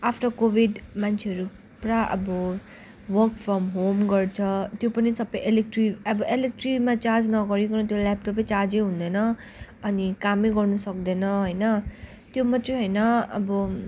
after covid मान्छेहरू पुरा अब वर्क फ्रम होम गर्छ त्यो पनि सबै इलेक्ट्रिक अब इलेक्ट्रिकमा चार्ज नगरिकन त्यो ल्यापटपै चार्जै हुँदैन अनि कामै गर्नुसक्दैन होइन त्यो मात्रै होइन अब